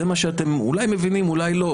זה מה שאתם אולי מבינים ואולי לא.